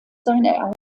seiner